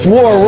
War